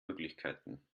möglichkeiten